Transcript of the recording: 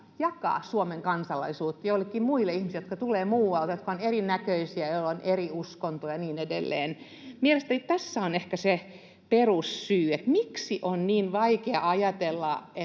jakaa Suomen kansalaisuutta joillekin muille ihmisille, jotka tulevat muualta, jotka ovat erinäköisiä ja joilla on eri uskontoja ja niin edelleen. Mielestäni tässä on ehkä se perussyy: miksi on niin vaikea ajatella,